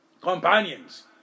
companions